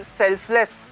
selfless